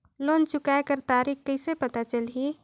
Loan चुकाय कर तारीक कइसे पता चलही?